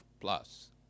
plus